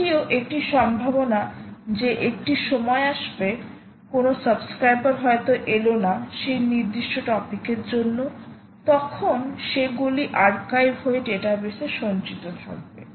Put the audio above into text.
এটিও একটি সম্ভাবনা যে একটি সময় আসবে কোন সাবস্ক্রাইবার হয়তো এলোনা সেই নির্দিষ্ট টপিকের জন্য তখন সে গুলি আর্কাইভ হয়ে ডেটাবেস এ সঞ্চিত থাকবে